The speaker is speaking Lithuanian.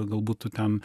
galbūt tu ten